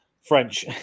French